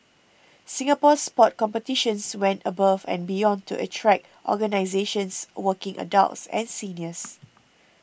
Singapore Sport Competitions went above and beyond to attract organisations working adults and seniors